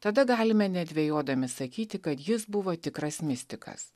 tada galime nedvejodami sakyti kad jis buvo tikras mistikas